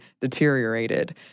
deteriorated